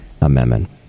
Amendment